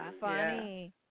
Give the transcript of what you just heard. funny